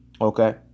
okay